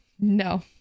No